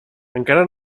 encara